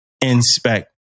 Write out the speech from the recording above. inspect